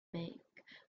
make